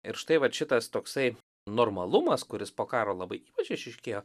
ir štai vat šitas toksai normalumas kuris po karo labai ypač išryškėjo